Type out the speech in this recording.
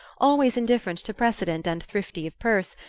always indifferent to precedent and thrifty of purse,